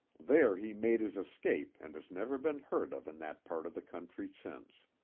there he made his escape and has never been heard of in that part of the country since.